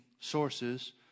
sources